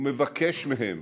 ומבקש מהם